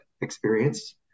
experience